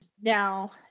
Now